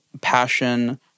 passion